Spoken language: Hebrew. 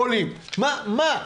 בחרמון, אגב,